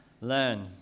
learn